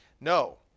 No